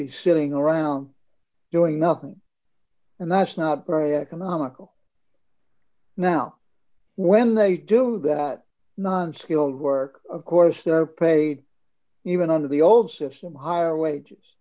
be sitting around doing nothing and that's not very economical now when they do that non skilled work of course they're paid even under the old system higher wages